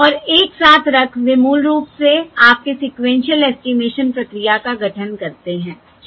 और एक साथ रख वे मूल रूप से आपके सीक्वेन्शिअल एस्टिमेशन प्रक्रिया का गठन करते हैं ठीक है